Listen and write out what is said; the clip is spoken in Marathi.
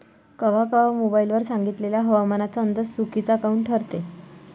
कवा कवा मोबाईल वर सांगितलेला हवामानाचा अंदाज चुकीचा काऊन ठरते?